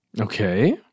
Okay